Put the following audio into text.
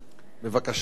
תודה, אדוני.